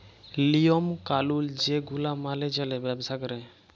লিওম কালুল যে গুলা মালে চল্যে ব্যবসা ক্যরে